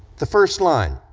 the first line,